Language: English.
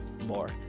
more